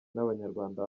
n’abanyarwanda